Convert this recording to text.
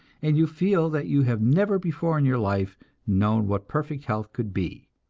and you feel that you have never before in your life known what perfect health could be.